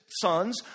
sons